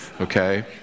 okay